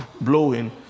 blowing